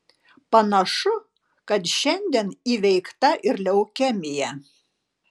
panašu kad šiandien įveikta ir leukemija